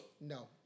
No